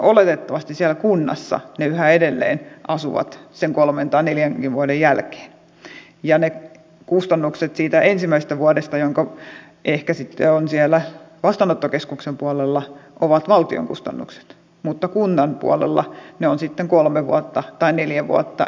oletettavasti siellä kunnassa ne yhä edelleen asuvat sen kolmen tai neljänkin vuoden jälkeen ja kustannukset siitä ensimmäisestä vuodesta jonka ehkä on siellä vastaanottokeskuksen puolella ovat valtion kustannuksia mutta kunnan puolella ne ovat sitten kolme vuotta tai neljä vuotta